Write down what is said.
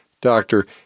doctor